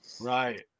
right